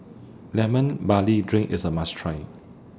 Lemon Barley Drink IS A must Try